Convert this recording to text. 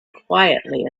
quietly